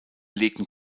legten